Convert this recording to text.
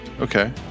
Okay